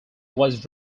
was